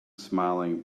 smiling